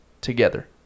together